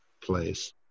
place